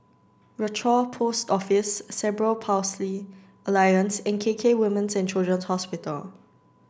Rochor Post Office Cerebral Palsy Alliance and K K Women's and Children's Hospital